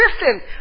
Listen